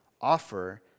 offer